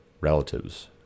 relatives